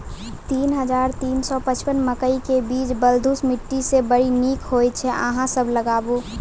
तीन हज़ार तीन सौ पचपन मकई के बीज बलधुस मिट्टी मे बड़ी निक होई छै अहाँ सब लगाबु?